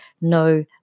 no